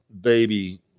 baby